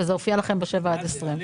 וזה הופיע לכם בשבעה עד 20 קילומטר.